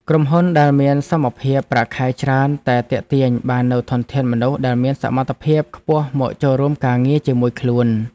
ក្រុមហ៊ុនដែលមានសមភាពប្រាក់ខែច្រើនតែទាក់ទាញបាននូវធនធានមនុស្សដែលមានសមត្ថភាពខ្ពស់មកចូលរួមការងារជាមួយខ្លួន។